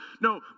No